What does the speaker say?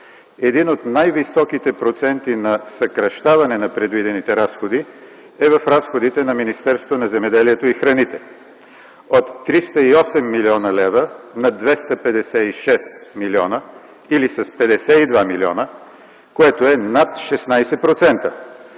един от най-високите проценти на съкращаване на предвидените разходи е в разходите на Министерството на земеделието и храните – от 308 млн. лв. на 256 млн. лв. или с 52 млн., което е над 16%!